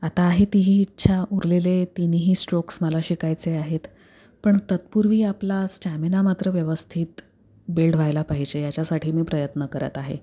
आता आहे तीही इच्छा उरलेले तिनही स्ट्रोक्स मला शिकायचे आहेत पण तत्पूर्वी आपला स्टॅमिना मात्र व्यवस्थित बिल्ड व्हायला पाहिजे याच्यासाठी मी प्रयत्न करत आहे